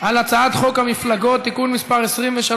אם כן,